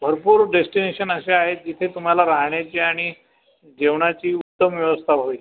भरपूर डेस्टिनेशन अशे आहेत जिथे तुम्हाला राहण्याची आणि जेवणाची उत्तम व्यवस्था व्हावी